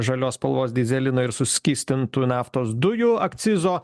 žalios spalvos dyzelino ir suskystintų naftos dujų akcizo